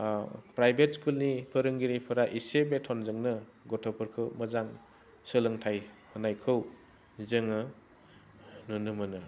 private स्कुलनि फोरोंगिरिफोरा एसे बेथ'नजोंनो गथ'फोरखौ मोजां सोलोंथाइ होनायखौ जोङो नुनो मोनो